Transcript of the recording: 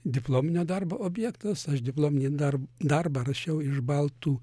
diplominio darbo objektas aš diplominį darbą dar darbą rašiau iš baltų